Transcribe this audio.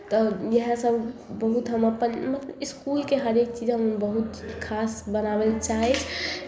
तऽ इएहसभ बहुत हम अपन मत इसकुलके हरेक चीज हम बहुत खास बनाबय लए चाहै छी